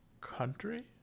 country